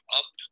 up